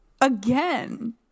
Again